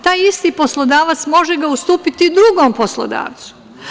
Taj isti poslodavac može ga ustupiti drugom poslodavcu.